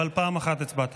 אבל הצבעת